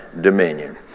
dominion